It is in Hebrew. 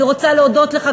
אני רוצה להודות לך,